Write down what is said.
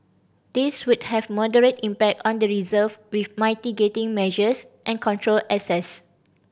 these would have moderate impact on the reserve with mitigating measures and controlled access